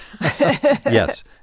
Yes